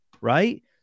right